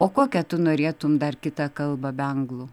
o kokią tu norėtum dar kitą kalbą be anglų